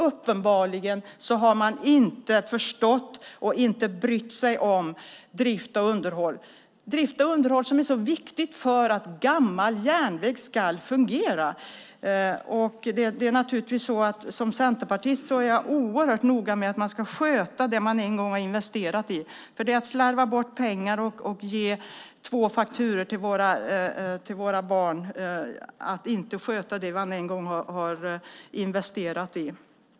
Uppenbarligen har man inte förstått och inte brytt sig om drift och underhåll som är så viktigt för att gammal järnväg ska fungera. Som centerpartist är jag oerhört noga med att man ska sköta det som man en gång har investerat i, för det är att slarva bort pengar och ge två fakturor till våra barn att inte sköta det som man en gång har investerat i.